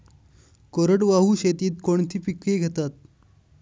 कोरडवाहू शेतीत कोणती पिके घेतात?